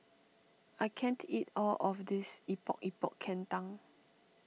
I can't eat all of this Epok Epok Kentang